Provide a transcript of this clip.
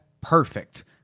perfect